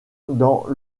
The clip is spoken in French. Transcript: dans